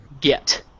get